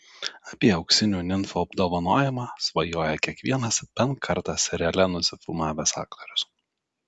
apie auksinių nimfų apdovanojimą svajoja kiekvienas bent kartą seriale nusifilmavęs aktorius